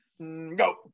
go